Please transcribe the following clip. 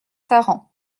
saran